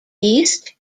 east